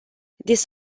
this